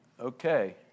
Okay